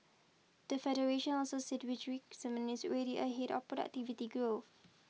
the Federation also said increment is already ahead of productivity growth